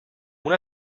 una